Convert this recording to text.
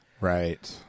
Right